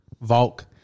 Volk